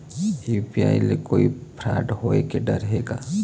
UPI ले कोई fraud होए के डर हे का?